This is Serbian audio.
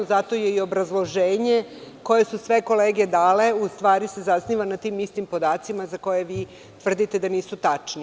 Zato se i obrazloženje koje su sve kolege dale u stvari zasniva na tim istim podacima za koje tvrdite da nisu tačni.